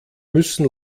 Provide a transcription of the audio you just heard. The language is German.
müssen